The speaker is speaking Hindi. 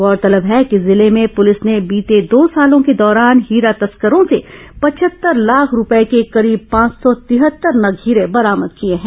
गौरतलब है कि जिले में पुलिस ने बीते दो सालों के दौरान हीरा तस्करों से पचहत्तर लाख रूपए के करीब पांच सौ तिहत्तर नग हीरे बरामद किए हैं